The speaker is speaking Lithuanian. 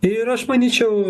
ir aš manyčiau